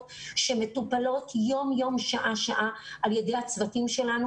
שמטופלות יום-יום שעה-שעה על ידי הצוותים שלנו.